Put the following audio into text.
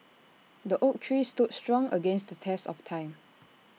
the oak tree stood strong against the test of time